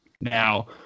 now